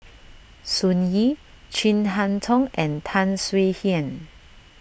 Sun Yee Chin Harn Tong and Tan Swie Hian